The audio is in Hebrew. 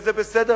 וזה בסדר,